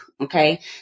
Okay